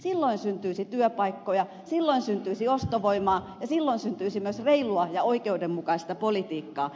silloin syntyisi työpaikkoja silloin syntyisi ostovoimaa ja silloin syntyisi myös reilua ja oikeudenmukaista politiikkaa